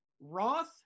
Roth